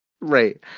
Right